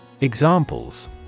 Examples